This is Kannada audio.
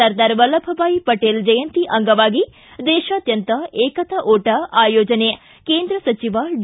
ಸರ್ದಾರ್ ವಲ್ಲಭಭಾಯ್ ಪಟೇಲ್ ಜಯಂತಿ ಅಂಗವಾಗಿ ದೇಶಾದ್ಯಂತ ಏಕತಾ ಒಟ ಆಯೋಜನೆ ಕೇಂದ್ರ ಸಚಿವ ಡಿ